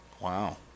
Wow